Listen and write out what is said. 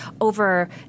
over